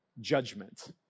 judgment